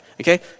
okay